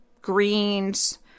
greens